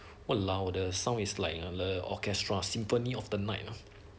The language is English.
!walao! the sound is like the orchestra symphony of the night ah